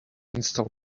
install